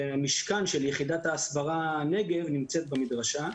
והמשכן של יחידת ההסברה "נגב" נמצאת במדרשה.